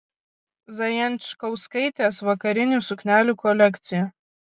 zajančkauskaitės vakarinių suknelių kolekcija